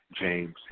James